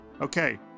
Okay